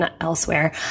elsewhere